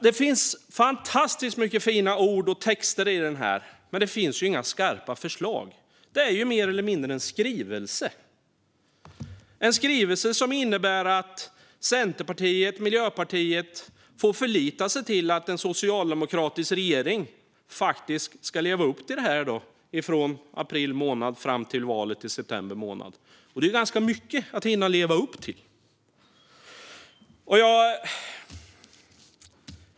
Det finns fantastiskt mycket fina ord och texter i propositionen, men det finns inga skarpa förslag. Detta är mer eller mindre en skrivelse - en skrivelse som innebär att Centerpartiet och Miljöpartiet får förlita sig till att en socialdemokratisk regering ska leva upp till det här från april månad fram till valet i september. Det är ganska mycket att hinna leva upp till.